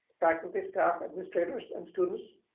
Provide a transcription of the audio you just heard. faculty, staff, administrators, and students,